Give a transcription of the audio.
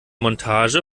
montage